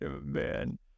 man